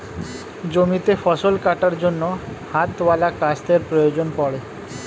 জমিতে ফসল কাটার জন্য হাতওয়ালা কাস্তের প্রয়োজন পড়ে